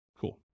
Cool